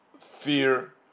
fear